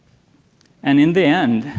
and in the end,